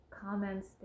comments